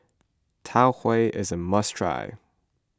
Tau Huay is a must try